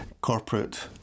corporate